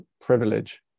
privilege